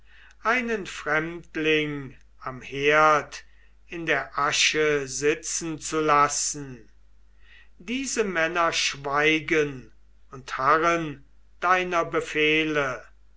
einen fremdling am herd in der asche sitzen zu lassen diese männer schweigen und harren deiner befehle